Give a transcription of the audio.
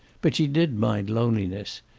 but she did mind loneliness.